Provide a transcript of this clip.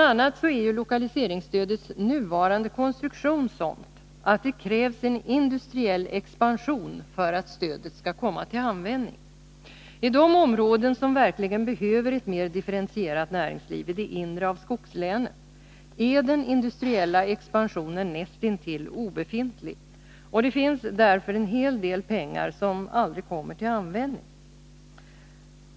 a. är lokaliseringsstödets nuvarande konstruktion sådan att det krävs en industriell expansion för att stödet skall komma till användning. I de områden som verkligen behöver ett mer differentierat näringsliv—i det inre av skogslänen — är den industriella expansionen näst intill obefintlig. Det finns därför en hel del pengar som aldrig kommer till användning.